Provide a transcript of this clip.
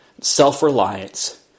self-reliance